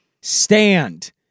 stand